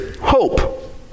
hope